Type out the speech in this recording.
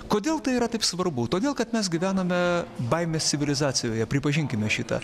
kodėl tai yra taip svarbu todėl kad mes gyvename baimės civilizacijoje pripažinkime šitą